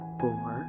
four